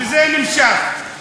וזה נמשך.